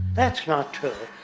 that's not true.